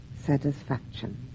satisfaction